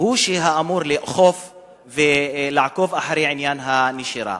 שאמור לעקוב אחרי עניין הנשירה.